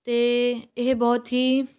ਅਤੇ ਇਹ ਬਹੁਤ ਹੀ